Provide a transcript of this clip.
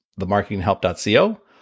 themarketinghelp.co